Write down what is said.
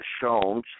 shown